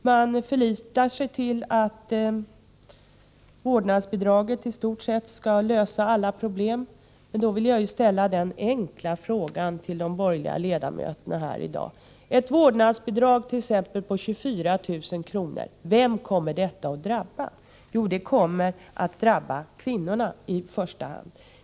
Man förlitar sig på att vårdnadsbidraget i stort sett skall lösa alla problem. I detta sammanhang vill jag ställa en enkel fråga till de borgerliga ledamöterna här i dag: Ett vårdnadsbidrag på t.ex. 24 000 kr., vilka kommer detta att drabba? Jo, det kommer att drabba kvinnorna i första hand.